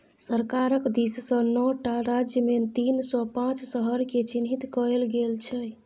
सरकारक दिससँ नौ टा राज्यमे तीन सौ पांच शहरकेँ चिह्नित कएल गेल छै